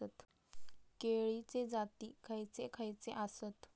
केळीचे जाती खयचे खयचे आसत?